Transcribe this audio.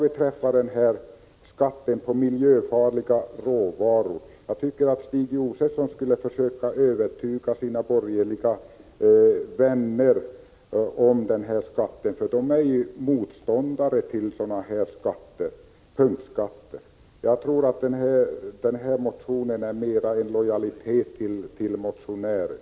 I fråga om skatten på miljöfarliga råvaror tycker jag att Stig Josefson skulle försöka övertyga sina borgerliga vänner om denna skatts bibehållande. De är ju motståndare till sådana här punktskatter. Jag tror att reservationen i fråga har tillkommit mera av lojalitet mot motionären.